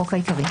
החוק העיקרי),